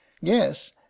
yes